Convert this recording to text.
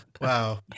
Wow